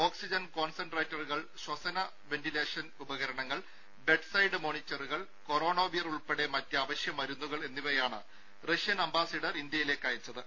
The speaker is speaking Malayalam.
ഓക്സിജൻ കോൺസെൻട്രേറ്ററുകൾ ശ്വാസകോശ വെന്റിലേഷൻ ഉപകരണങ്ങൾ ബെഡ് സൈഡ് മോണിറ്ററുകൾ കൊറോണവീർ ഉൾപ്പെടെ മറ്റ് അവശ്യ മരുന്നുകൾ എന്നിവയാണ് റഷ്യൻ അംബാസിഡർ ഇന്ത്യയിലേക്ക് അയച്ചത്